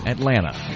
Atlanta